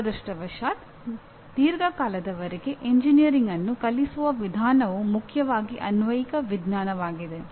ದುರದೃಷ್ಟವಶಾತ್ ದೀರ್ಘಕಾಲದವರೆಗೆ ಎಂಜಿನಿಯರಿಂಗ್ ಅನ್ನು ಕಲಿಸುವ ವಿಧಾನವು ಮುಖ್ಯವಾಗಿ ಅನ್ವಯಿಕ ವಿಜ್ಞಾನವಾಗಿದೆ